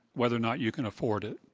whether or not you can afford it.